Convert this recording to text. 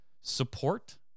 Support